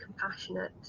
compassionate